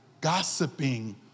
gossiping